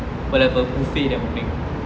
will have a buffet